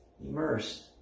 Immersed